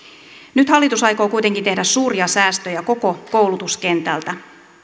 nyt hallitus aikoo kuitenkin tehdä suuria säästöjä koko koulutuskentältä